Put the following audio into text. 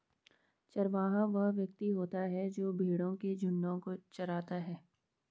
चरवाहा वह व्यक्ति होता है जो भेड़ों के झुंडों को चराता है